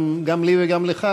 גם לי וגם לך,